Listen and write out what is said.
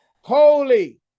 Holy